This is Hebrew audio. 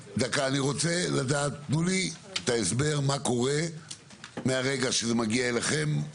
תנו לי את ההסבר מה קורה מהרגע שזה מגיע אליכם,